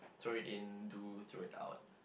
throw it in do throw it out